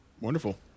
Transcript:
Wonderful